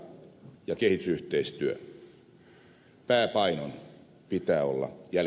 pääpainon pitää olla jälkimmäisessä